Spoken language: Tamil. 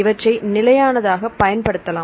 இவற்றை நிலையானதாக பயன்படுத்தலாம்